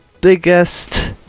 biggest